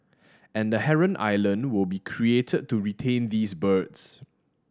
and a heron island will be created to retain these birds